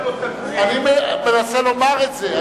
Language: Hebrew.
אני מנסה לומר את זה.